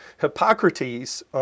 Hippocrates